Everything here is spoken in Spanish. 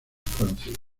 conocida